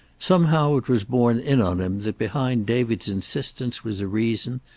somehow it was borne in on him that behind david's insistence was a reason,